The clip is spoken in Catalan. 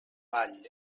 vall